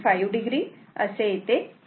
5 o असे येते